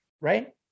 right